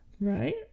right